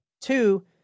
Two